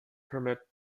permit